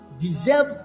deserve